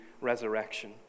resurrection